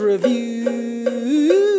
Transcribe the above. Review